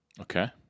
Okay